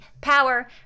power